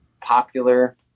popular